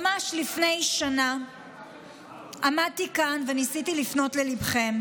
ממש לפני שנה עמדתי כאן וניסיתי לפנות לליבכם,